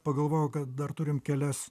pagalvojau kad dar turim kelias